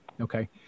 Okay